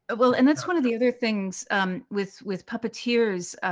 ah well, and that's one of the other things um with with puppeteers,